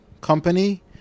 company